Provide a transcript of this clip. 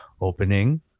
Opening